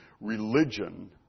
religion